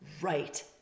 right